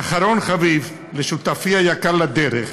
ואחרון חביב, שותפי היקר לדרך,